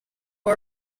war